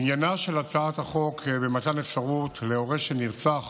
עניינה של הצעת החוק במתן אפשרות להורה של נרצח